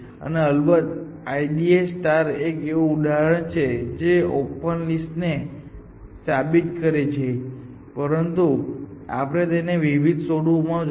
અલબત્ત IDA એક એવું ઉદાહરણ છે જે ઓપન લિસ્ટ ને સાબિત કરે છે પરંતુ આપણે તેના વિવિધ સ્વરૂપો જોઈશું